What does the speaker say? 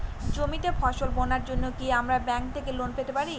জমিতে ফসল বোনার জন্য কি আমরা ব্যঙ্ক থেকে লোন পেতে পারি?